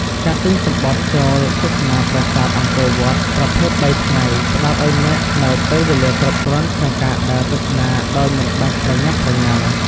ការទិញសំបុត្រចូលទស្សនាប្រាសាទអង្គរវត្តប្រភេទ ៣ ថ្ងៃ ផ្តល់ឱ្យអ្នកនូវពេលវេលាគ្រប់គ្រាន់ក្នុងការដើរទស្សនាដោយមិនបាច់ប្រញាប់ប្រញាល់។